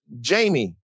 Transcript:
Jamie